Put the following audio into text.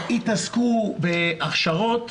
התעסקו בהכשרות.